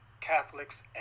Catholics